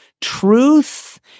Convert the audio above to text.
Truth